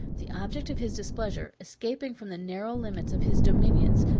the object of his displeasure, escaping from the narrow limits of his dominions,